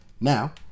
Now